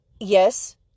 yes